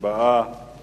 ההצעה להעביר